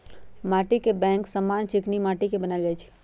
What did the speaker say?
माटीके बैंक समान्य चीकनि माटि के बनायल जाइ छइ